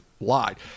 lied